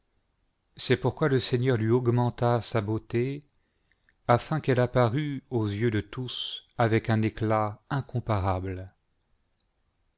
c'est pourquoi le seigneur lui augmenta sa beauté aiin qu'elle apparût aux yeux de tous avec un éclat incomparable